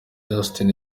justin